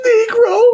Negro